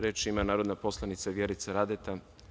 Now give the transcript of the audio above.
Reč ima narodni poslanik Vjerica Radeta.